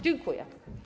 Dziękuję.